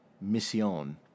mission